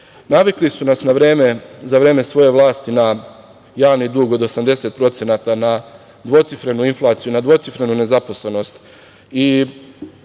Srbije. Navikli su nas za vreme svoje vlasti na javni dug od 80%, na dvocifrenu inflaciju, na dvocifrenu nezaposlenost